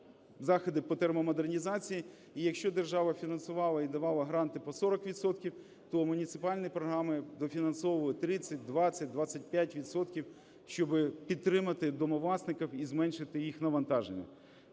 заходи по термомодернізації, і якщо держава фінансувала і давала гранти по 40 відсотків, то муніципальні програми дофінансовують 30, 20, 25 відсотків, щоби підтримати домовласників і зменшити їх навантаження.